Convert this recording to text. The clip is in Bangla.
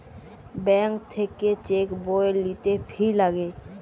ব্যাঙ্ক থাক্যে চেক বই লিতে ফি লাগে